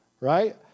right